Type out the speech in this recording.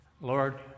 Lord